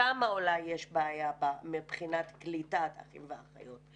שם אולי יש בעיה מבחינת קליטת אחים ואחיות.